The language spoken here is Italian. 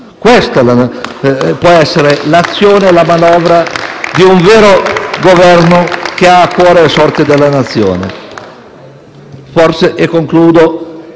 Questa potrebbe essere la manovra di un vero Governo che ha a cuore le sorti della Nazione. Forse - e concludo